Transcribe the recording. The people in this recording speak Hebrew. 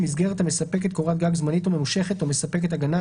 מסגרת המספקת קורת גג זמנית או ממושכת או מספקת הגנה,